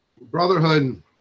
brotherhood